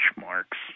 marks